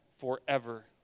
forever